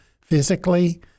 physically